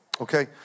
Okay